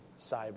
cyber